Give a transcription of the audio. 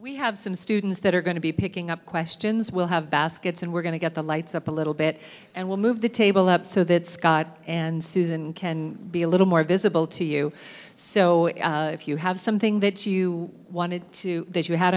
we have some students that are going to be picking up questions we'll have baskets and we're going to get the lights up a little bit and we'll move the table up so that scott and susan can be a little more visible to you so if you have something that you wanted to that you had